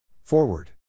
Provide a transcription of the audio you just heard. Forward